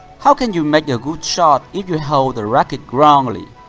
how can you make a good shot if you hold the racket wrongly?